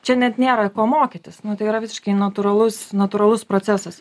čia net nėra ko mokytis nu tai yra visiškai natūralus natūralus procesas